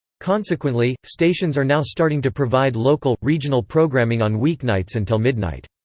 consequently, stations are now starting to provide local regional programming on weeknights until midnight.